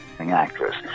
Actress